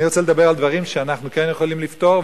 אני רוצה לדבר על דברים שאנחנו כן יכולים לפתור,